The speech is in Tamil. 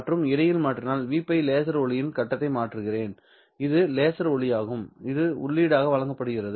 மற்றும் இடையில் மாற்றினால் V π லேசர் ஒளியின் கட்டத்தை நான் மாற்றுகிறேன் இது லேசர் ஒளியாகும் இது உள்ளீடாக வழங்கப்படுகிறது